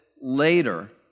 later